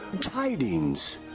tidings